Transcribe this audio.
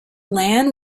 land